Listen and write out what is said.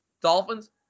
Dolphins